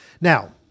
Now